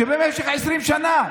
שבמשך 20 שנה,